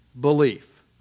belief